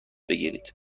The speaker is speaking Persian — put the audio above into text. بگیرید